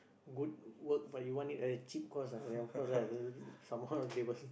good work but you want it at a cheap cost ah then of course lah somehow they will